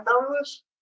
powerless